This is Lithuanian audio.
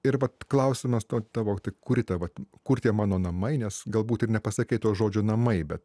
ir vat klausimas to tavo kuri ta vat kur tie mano namai nes galbūt ir nepasakei to žodžio namai bet